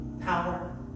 power